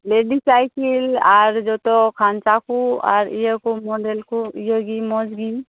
ladies cycle ᱟᱨ ᱡᱚᱛᱚ ᱠᱷᱟᱧᱪᱟ ᱠᱚ ᱟᱨ ᱤᱭᱟᱹ ᱠᱚ ᱢᱚᱰᱮᱞ ᱠᱚ ᱤᱭᱟᱹ ᱜᱮ ᱢᱚᱡᱽ ᱜᱮ